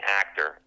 actor